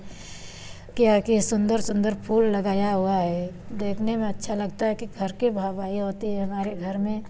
क्योंकि सुंदर सुंदर फूल लगाया हुआ है देखने में अच्छा लगता है कि घर की वाह वाही होती है हमारे घर में